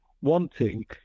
Wanting